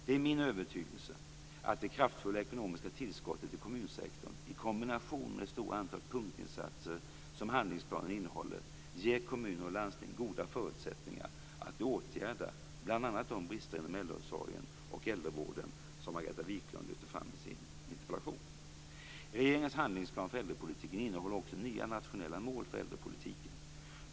Det är min övertygelse att det kraftfulla ekonomiska tillskottet till kommunsektorn i kombination med det stora antal punktinsatser som handlingsplanen innehåller ger kommuner och landsting goda förutsättningar att åtgärda bl.a. de brister inom äldreomsorgen och äldrevården som Margareta Viklund lyfter fram i sin interpellation. Regeringens handlingsplan för äldrepolitiken innehåller också nya nationella mål för äldrepolitiken.